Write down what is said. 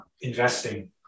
Investing